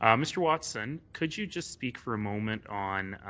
um mr. watson, could you just speak for a moment on